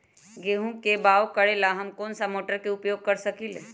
गेंहू के बाओ करेला हम कौन सा मोटर उपयोग कर सकींले?